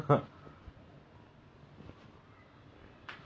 like oh my god the motion sickness that I will get I really cannot tahan